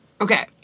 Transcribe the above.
okay